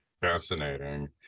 fascinating